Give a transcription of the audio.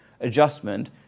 adjustment